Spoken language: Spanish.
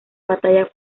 batalla